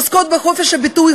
עוסקות בחופש הביטוי,